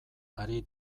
ari